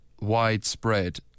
widespread